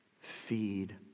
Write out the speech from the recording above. Feed